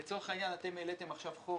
לצורך העניין, אתם העליתם עכשיו חוק